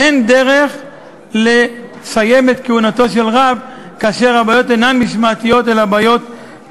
אין דרך לסיים את כהונתו של רב כאשר הבעיות אינן משמעתיות אלא תפקודיות,